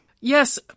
Yes